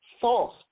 false